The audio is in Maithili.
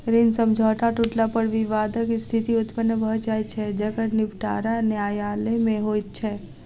ऋण समझौता टुटला पर विवादक स्थिति उत्पन्न भ जाइत छै जकर निबटारा न्यायालय मे होइत छै